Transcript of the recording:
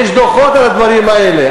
יש דוחות על הדברים האלה,